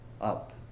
up